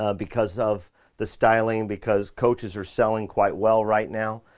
ah because of the styling, because coaches are selling quite well right now.